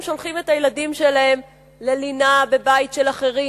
שולחים את הילדים שלהם ללינה בבית של אחרים,